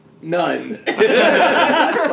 none